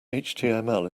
html